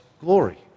glory